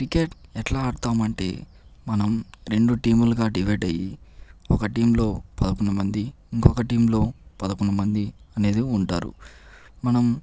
cricket ఎట్లా ఆడతామంటే మనం రెండు టీములుగా డివైడ్ అయ్యి ఒక టీం లో పదకొండు మంది ఇంకొక టీం లో పదకొండు మంది అనేది ఉంటారు మనం